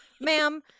ma'am